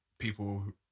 people